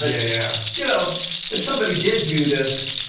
ah yeah you know if somebody did do this,